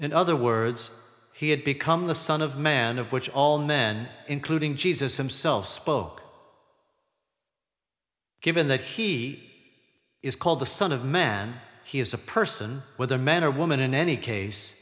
in other words he had become the son of man of which all men including jesus himself spoke given that he is called the son of man he is a person with a man or woman in any case